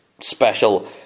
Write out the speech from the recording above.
special